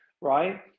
right